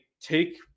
take